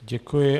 Děkuji.